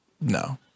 No